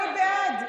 אני בעד.